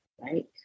right